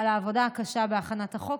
על העבודה הקשה בהכנת החוק,